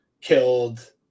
killed